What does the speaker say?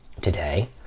today